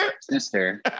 Sister